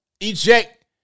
eject